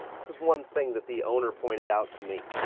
this is one thing that the owner pointed out to me.